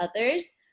others